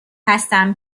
هستم